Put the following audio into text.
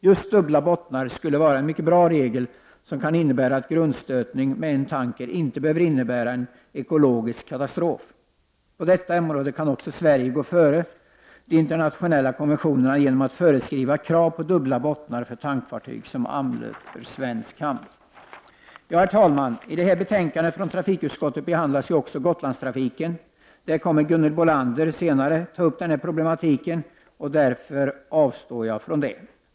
Just dubbla bottnar skulle vara en mycket bra regel, som kan innebära att en grundstötning med en tanker inte behöver innebära en ekologisk katastrof. På detta område kan Sverige gå före de internationella konventionerna genom att föreskriva krav på dubbla bottnar för tankfartyg som anlöper svensk hamn. Herr talman! I detta betänkande från trafikutskottet behandlas också Gotlandstrafiken. Gunhild Bolander kommer senare att ta upp denna problematik. Därför avstår jag från det.